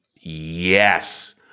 Yes